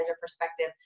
perspective